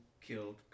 killed